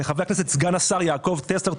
לחבר הכנסת סגן השר יעקב טסלר,